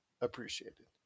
appreciated